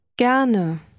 Gerne